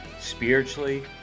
spiritually